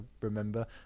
remember